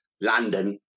London